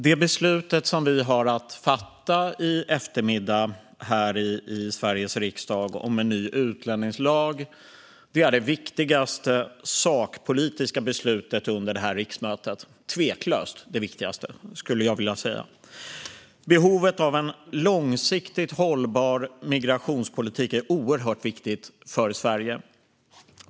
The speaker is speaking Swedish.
Det beslut som vi i eftermiddag har att fatta här i Sveriges riksdag om en ny utlänningslag är det tveklöst viktigaste sakpolitiska beslutet under det här riksmötet. En långsiktigt hållbar migrationspolitik är oerhört viktig för Sverige.